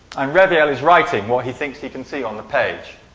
um reviel is writing what he thinks he can see on the page.